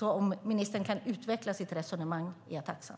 Om ministern kan utveckla sitt resonemang vore jag tacksam.